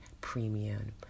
premium